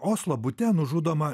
oslo bute nužudoma